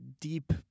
deep